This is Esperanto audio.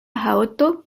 haŭto